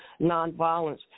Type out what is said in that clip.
nonviolence